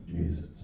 Jesus